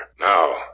Now